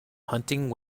hunting